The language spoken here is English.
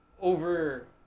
Over